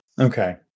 Okay